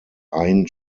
ain